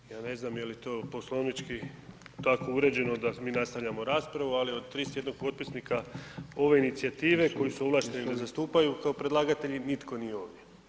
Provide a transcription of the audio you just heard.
Ja ne znam je li to poslovnički tako uređeno da mi nastavljamo raspravu, ali od 31 potpisnika ove inicijative koji su ovlašteni da zastupaju kao predlagatelji, nitko nije ovdje.